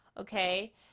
okay